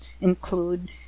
include